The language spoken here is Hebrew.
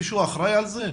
מישהו אחראי על זה?